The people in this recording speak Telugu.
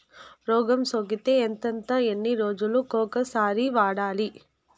రోగం సోకితే ఎంతెంత ఎన్ని రోజులు కొక సారి వాడాలి?